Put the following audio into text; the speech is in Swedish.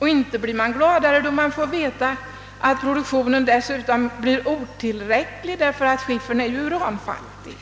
Inte blir man gladare när man får veta att produktionen dessutom blir otillräcklig därför att skiffern är uranfattig.